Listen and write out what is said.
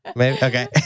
Okay